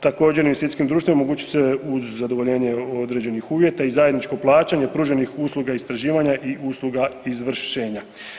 Također investicijskim društvima omogućuje se uz zadovoljenje određenih uvjeta i zajedničko plaćanje pruženih usluga istraživanja i usluga izvršenja.